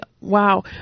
Wow